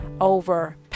over